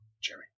Jerry